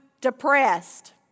depressed